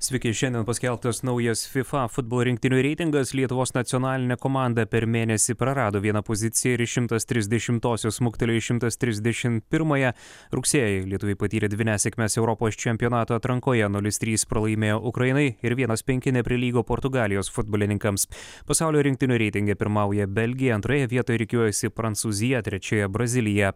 sveiki šiandien paskelbtas naujas fifa futbolo rinktinių reitingas lietuvos nacionalinė komanda per mėnesį prarado vieną poziciją ir iš šimtas trisdešimtosios smuktelėjo į šimtas trisdešimt pirmąją rugsėjį lietuviai patyrė dvi nesėkmes europos čempionato atrankoje nulis trys pralaimėjo ukrainai ir vienas penki neprilygo portugalijos futbolininkams pasaulio rinktinių reitinge pirmauja belgija antroje vietoje rikiuojasi prancūzija trečioje brazilija